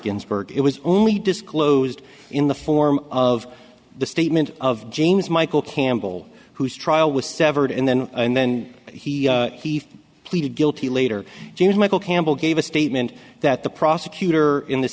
ginsburg it was only disclosed in the form of the statement of james michael campbell whose trial was severed and then and then he plea guilty later james michael campbell gave a statement that the prosecutor in this